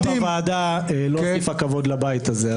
ההופעה שלך בוועדה לא הוסיפה כבוד לבית הזה.